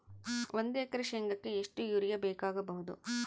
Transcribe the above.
ಒಂದು ಎಕರೆ ಶೆಂಗಕ್ಕೆ ಎಷ್ಟು ಯೂರಿಯಾ ಬೇಕಾಗಬಹುದು?